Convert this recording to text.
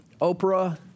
Oprah